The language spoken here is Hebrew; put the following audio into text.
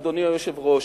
אדוני היושב-ראש,